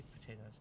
potatoes